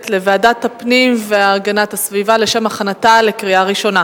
לוועדת הפנים והגנת הסביבה לשם הכנתה לקריאה שנייה